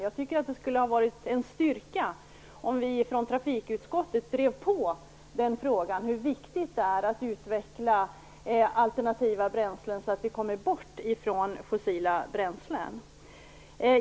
Jag tycker att det skulle ha varit en styrka om trafikutskottet drev på i frågan hur viktigt det är att utveckla alternativa bränslen, så att vi kommer bort från fossila bränslen.